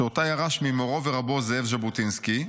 שאותה ירש ממורו ורבו זאב ז'בוטינסקי,